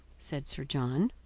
said sir john.